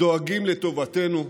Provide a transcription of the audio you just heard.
דואגים לטובתנו,